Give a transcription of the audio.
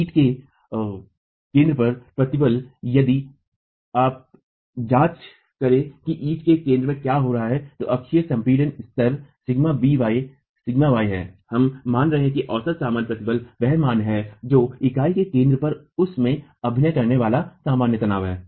ईंट के केंद्र पर प्रतिबल यदि आप जांच करें कि ईंट के केंद्र में क्या हो रहा है तो अक्षीय संपीड़न स्तर σby σy है हम मान रहे हैं कि औसत सामान्य प्रतिबल वह मान है जो ईंट के केंद्र पर उस में अभिनय करने वाला सामान्य तनाव है